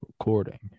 recording